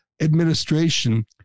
administration